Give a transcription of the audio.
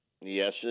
Yes